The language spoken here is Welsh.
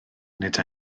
nid